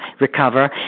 recover